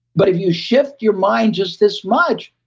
but if you shift your mind just this much,